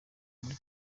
muri